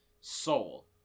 soul